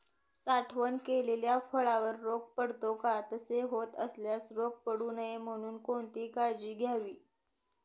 साठवण केलेल्या फळावर रोग पडतो का? तसे होत असल्यास रोग पडू नये म्हणून कोणती काळजी घ्यावी?